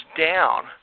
down